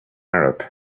arab